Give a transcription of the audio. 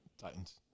Titans